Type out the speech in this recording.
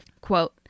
Quote